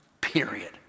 period